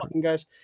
Guys